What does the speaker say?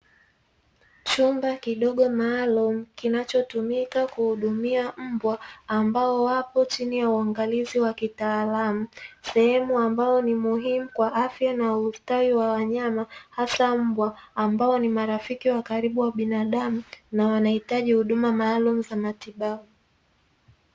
Chumba kidogo maalumu, kinachotumika kuhudumia mbwa, ambao wapo chini ya uangalizi wa kitaalamu, sehemu ambayo ni muhimu kwa afya na ustawi wa wanyama hasa mbwa, ambao ni marafiki wa karibu wa binadamu na wanahitaji huduma maalumu za matibabu.